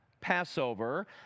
Passover